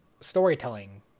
storytelling